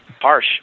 Harsh